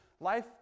Life